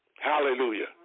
Hallelujah